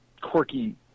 quirky